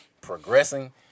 progressing